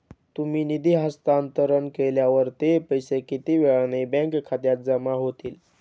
तुम्ही निधी हस्तांतरण केल्यावर ते पैसे किती वेळाने बँक खात्यात जमा होतील?